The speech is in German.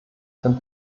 dem